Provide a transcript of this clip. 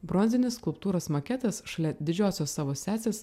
bronzinis skulptūros maketas šalia didžiosios savo sesės